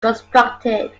constructed